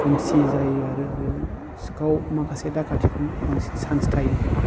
खोमसि जायो आरो ओरैनो सिखाव माखासे दाखाथिफोरनि बांसिन सान्स थायो